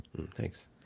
Thanks